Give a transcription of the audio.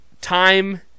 time